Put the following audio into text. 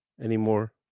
anymore